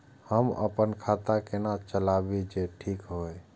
हम अपन खाता केना चलाबी जे ठीक होय?